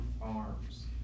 farms